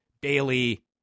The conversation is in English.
Bailey